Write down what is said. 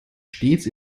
stets